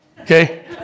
okay